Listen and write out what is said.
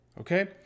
okay